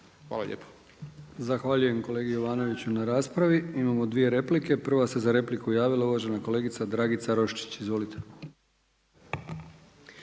Milijan (HDZ)** Zahvaljujem kolegi Jovanoviću na raspravi. Imamo dvije replike, prva se za repliku javila, uvažena kolegica Dragica Roščić. Izvolite.